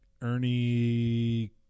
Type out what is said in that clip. Ernie